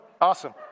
Awesome